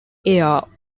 air